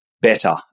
better